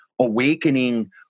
awakening